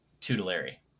tutelary